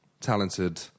talented